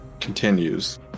continues